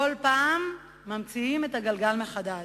בכל פעם ממציאים את הגלגל מחדש.